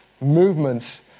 Movements